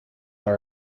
are